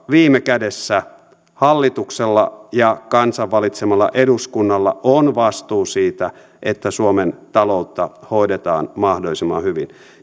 viime kädessä hallituksella ja kansan valitsemalla eduskunnalla on vastuu siitä että suomen taloutta hoidetaan mahdollisimman hyvin